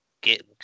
get